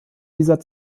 dieser